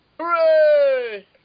Hooray